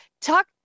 talk